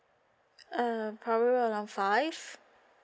uh around five